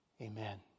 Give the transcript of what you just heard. Amen